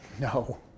No